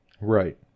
right